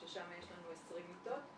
ששם יש לנו 20 מיטות.